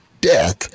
death